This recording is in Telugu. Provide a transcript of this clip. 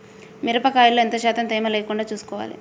మిరప కాయల్లో ఎంత శాతం తేమ లేకుండా చూసుకోవాలి?